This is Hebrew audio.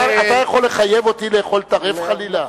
אתה יכול לחייב אותי לאכול טרף, חלילה?